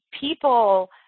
People